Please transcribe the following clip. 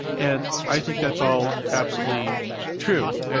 and i think that's all absolutely true.